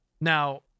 Now